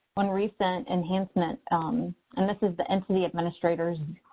when recent enhancement and this is the entity administrators,